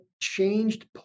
changed